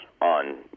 on